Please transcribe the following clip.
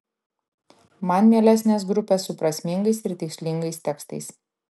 man mielesnės grupės su prasmingais ir tikslingais tekstais